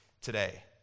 today